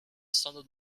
sounded